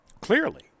Clearly